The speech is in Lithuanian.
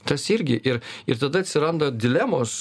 tas irgi ir ir tada atsiranda dilemos